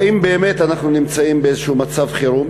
האם באמת אנחנו נמצאים באיזשהו מצב חירום?